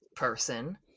person